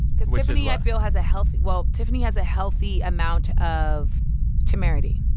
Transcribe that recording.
because tiffany, i feel, has a healthy well, tiffany has a healthy amount of temerity.